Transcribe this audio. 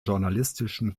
journalistischen